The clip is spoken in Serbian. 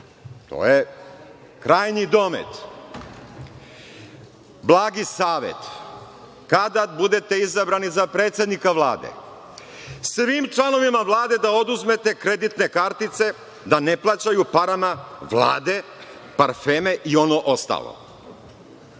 to je krajnji domet. Blagi savet – kada budete izabrani za predsednika Vlade, svim članovima Vlade da oduzmete kreditne kartice da ne plaćaju parama Vlade parfeme i ono ostalo.